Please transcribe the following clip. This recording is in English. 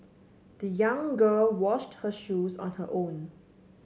the young girl washed her shoes on her own